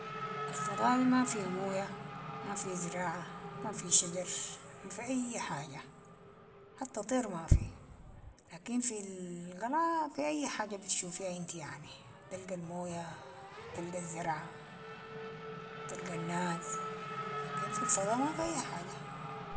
الفضاء دي ما فيها موية، ما فيها زراعة، ما فيها شجر، ما فيها أي حاجة، حتى تطير مافي، لكن في قلعة في اي حاجة بتشوفيها انتي يعني، بتلقى الموية، بتلقى الزرعة، تلقى الناس، لكن في الفضاء مافي اي حاجة.